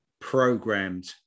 programmed